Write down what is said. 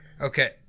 Okay